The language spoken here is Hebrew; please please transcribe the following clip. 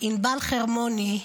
ענבל חרמוני,